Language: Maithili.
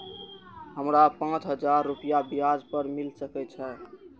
हमरा पाँच हजार रुपया ब्याज पर मिल सके छे?